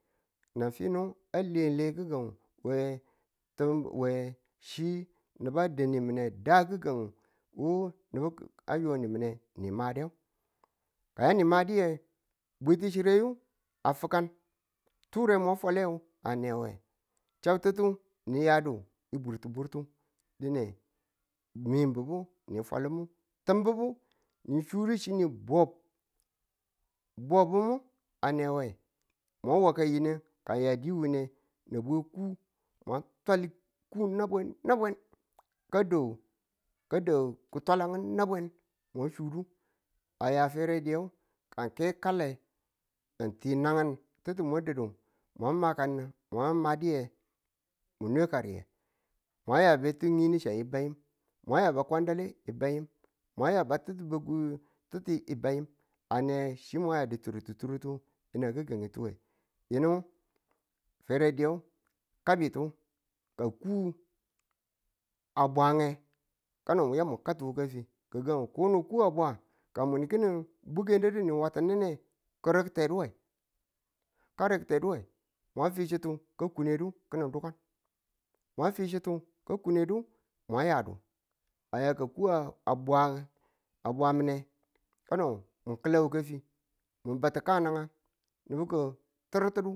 nan finu a lele gi̱gang we tin we chi nubu a dan nimine da gi̱gang wo nubu a yo nimine ni made, ka nimadi yinahge bwitichire nge a fukan, dure mwa fale a ne we, chabti̱tu niya du bwurtiburtu dine min bubu ni falmu timbi̱bu ni sudu ki̱nu bub, bubumu ane we wa mwa wa ka yineng a ng di wine nabwe ku mwa twal ku nabwen nabwen ka do ka do kutwale nabwen mwa fwedu a ya fere diyang ka ng ke kale, ng ti nangu ti̱tu mwa dadu mwa ma kan mwa ma diyeng mu ne ka riye mwa ya bitu ni ni chi bayim mwa ya ba kwandale bayim mwa ya ba ti̱ttu bubu titi bayam ane chi mwa ya tu churtuchurtu yinang gi̱gang tu we. yinu fere diyang kabitu ka a ku a bwa nge, kano yamu ka ti wuka fi gi̱gang koko ku a bwa ka mun ki̱nin bugen di̱di ni watinuwe, ka daku te duwe daku te duwe mwa fi chitu ka kune du kini kwakwa mwa fi chitu ka kune du mwa yadu aya ka ku a bwa a bwa nge kano mu ki̱la wuka fi mu ba tuka nagang nibu ki tirtiru